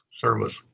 service